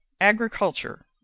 agriculture